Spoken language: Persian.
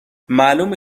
معلومه